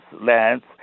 lands